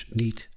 niet